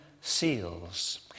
seals